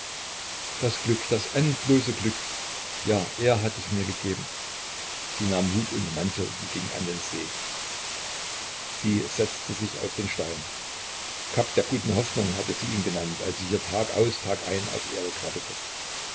das glück das endlose glück ja er hat es mir gegeben sie nahm hut und mantel und ging an den see sie setzte sich auf den stein kap der guten hoffnung hatte sie ihn genannt als sie hier tag aus tag ein auf erik wartete